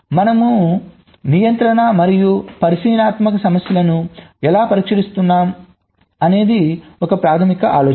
మనం నియంత్రణ మరియు పరిశీలనాత్మక సమస్యలను ఎలా పరిష్కరిస్తున్నాం అనేది ప్రాథమిక ఆలోచన